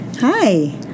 Hi